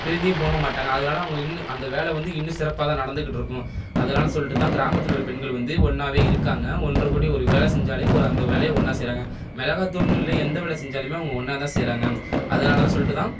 பிரிஞ்சியும் போக மாட்டாங்க அதனால அவங்க இன்னும் அந்த வேலை வந்து இன்னும் சிறப்பாக தான் நடந்துக்கிட்டிருக்கும் அதனால் சொல்லிட்டு தான் கிராமத்தில் உள்ள பெண்கள் வந்து ஒன்றாவே இருக்காங்க ஒன்று கூடி ஒரு வேலை செஞ்சாலே ஓ அந்த வேலையை ஒன்றா செய்கிறாங்க மிளகா தூள்னு இல்லை எந்த வேலை செஞ்சாலுமே அவங்க ஒன்றா தான் செய்கிறாங்க அதனால தான் சொல்லிட்டு தான்